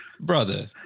Brother